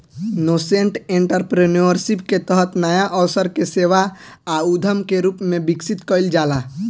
nascent entrepreneurship के तहत नाया अवसर के सेवा आ उद्यम के रूप में विकसित कईल जाला